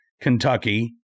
Kentucky